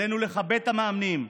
עלינו לכבד את המאמנים.